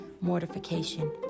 mortification